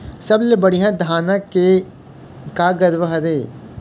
सबले बढ़िया धाना के का गरवा हर ये?